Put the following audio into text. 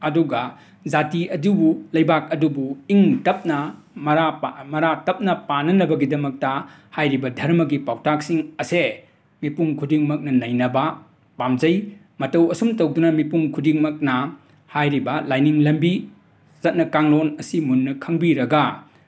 ꯑꯗꯨꯒ ꯖꯥꯇꯤ ꯑꯗꯨꯕꯨ ꯂꯩꯕꯥꯛ ꯑꯗꯨꯕꯨ ꯏꯪ ꯇꯞꯅ ꯃꯔꯥ ꯄꯥ ꯃꯔꯥ ꯇꯞꯅ ꯄꯥꯟꯅꯅꯕꯒꯤꯗꯃꯛꯇ ꯍꯥꯏꯔꯤꯕ ꯙꯔꯃꯒꯤ ꯄꯥꯎꯇꯥꯛꯁꯤꯡ ꯑꯁꯦ ꯃꯤꯄꯨꯝ ꯈꯨꯗꯤꯡꯃꯛꯅ ꯅꯩꯅꯕ ꯄꯥꯝꯖꯩ ꯃꯇꯧ ꯑꯁꯨꯝ ꯇꯧꯗꯨꯅ ꯃꯤꯄꯨꯝ ꯈꯨꯗꯤꯡꯃꯛꯅ ꯍꯥꯏꯔꯤꯕ ꯂꯥꯏꯅꯤꯡ ꯂꯝꯕꯤ ꯆꯠꯅ ꯀꯥꯡꯂꯣꯟ ꯑꯁꯤ ꯃꯨꯟꯅ ꯈꯪꯕꯤꯔꯒ